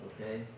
okay